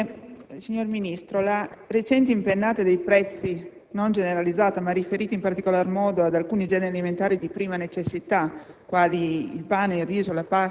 *(Ulivo)*. Signor Ministro, la recente impennata dei prezzi, non generalizzata, ma riferita in particolar modo ad alcuni generi alimentari di prima necessità,